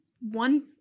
one